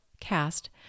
Cast